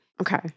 Okay